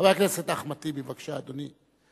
חבר הכנסת אחמד טיבי, בבקשה, אדוני.